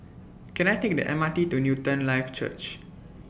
Can I Take The M R T to Newton Life Church